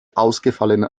ausgefallenen